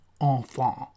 enfant